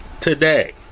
today